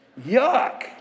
yuck